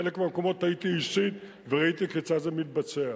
בחלק מהמקומות הייתי אישית וראיתי כיצד זה מתבצע.